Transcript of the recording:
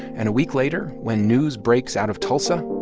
and a week later, when news breaks out of tulsa,